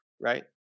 right